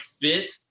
fit